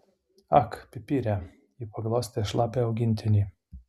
ak pipire ji paglostė šlapią augintinį